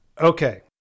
Okay